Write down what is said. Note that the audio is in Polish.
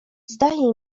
zdaje